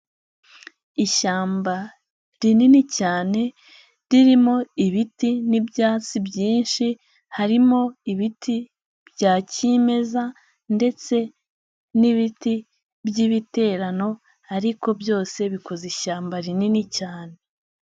Ishyamba rinini cyane ririmo ibiti n'ibyatsi byinshi, harimo ibiti bya kimeza ndetse n'ibiti by'ibiterano ariko byose bikozeza ishyamba rinini cyane.